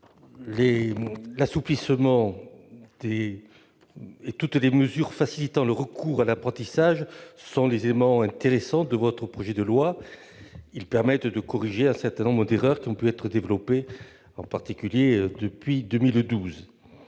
Max Brisson. Toutes les mesures facilitant le recours à l'apprentissage sont les éléments intéressants de ce projet de loi. Elles permettent de corriger un certain nombre d'erreurs qui ont pu être commises, en particulier depuis 2012.